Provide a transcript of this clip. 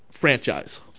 franchise